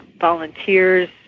volunteers